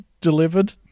delivered